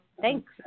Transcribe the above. thanks